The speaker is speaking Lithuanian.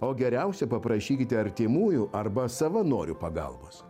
o geriausia paprašykite artimųjų arba savanorių pagalbos